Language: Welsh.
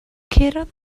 curodd